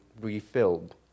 refilled